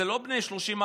הם לא בני 30,